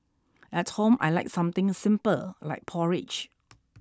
at home I like something simple like porridge